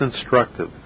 instructive